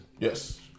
Yes